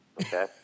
okay